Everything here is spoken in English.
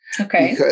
Okay